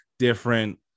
different